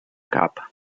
cap